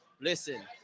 listen